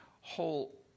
whole